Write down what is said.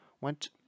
went